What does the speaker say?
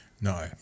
No